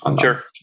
Sure